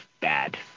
bad